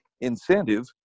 incentive